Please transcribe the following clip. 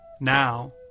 now